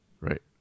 right